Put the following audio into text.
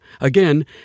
Again